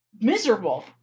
miserable